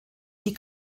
die